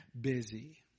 busy